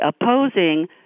opposing